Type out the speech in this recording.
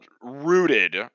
rooted